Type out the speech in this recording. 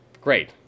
Great